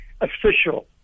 official